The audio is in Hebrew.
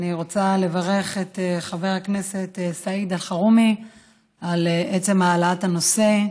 אני רוצה לברך את חבר הכנסת סעיד אלחרומי על עצם העלאת הנושא.